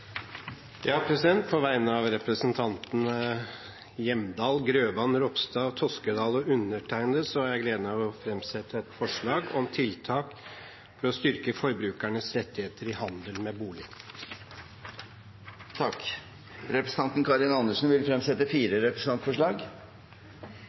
På vegne av representantene Line Henriette Hjemdal, Hans Fredrik Grøvan, Kjell Ingolf Ropstad, Geir Sigbjørn Toskedal og undertegnede har jeg gleden av å framsette et forslag om tiltak for å styrke forbrukernes rettigheter i handel med bolig. Representanten Karin Andersen vil fremsette